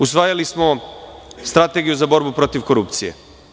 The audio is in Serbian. Usvajali smo strategiju za borbu protiv korupcije.